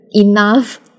enough